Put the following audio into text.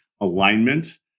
alignment